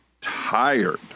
tired